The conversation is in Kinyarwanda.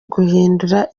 guhindura